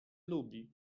lubi